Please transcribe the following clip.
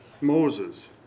Moses